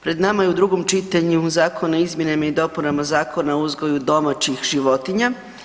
Pred nama je u drugom čitanju Zakon o izmjenama i dopunama Zakona o uzgoju domaćih životinja.